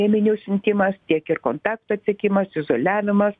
ėminių siuntimas tiek ir kontaktų atsekimas izoliavimas